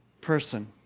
person